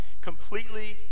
completely